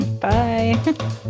bye